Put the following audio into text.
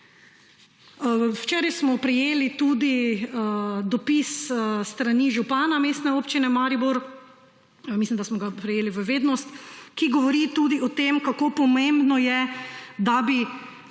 Včeraj smo prejeli tudi dopis s strani župana Mestne občine Maribor, mislim, da smo ga prejeli v vednost, ki govori tudi o tem, kako pomembno je, da bi